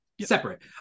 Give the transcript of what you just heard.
Separate